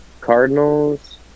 Cardinals